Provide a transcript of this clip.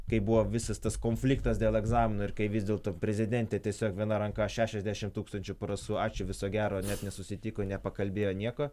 kai buvo visas tas konfliktas dėl egzamino ir kai vis dėlto prezidentė tiesiog viena ranka šešiasdešim tūkstančių parasų ačiū viso gero net nesusitiko nepakalbėjo nieko